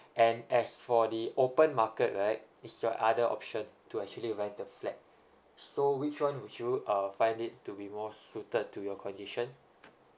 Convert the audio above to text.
and as for the open market right is your other option to actually rent a flat so which one would you uh find it to be more suited to your condition